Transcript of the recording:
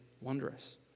wondrous